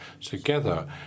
together